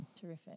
Terrific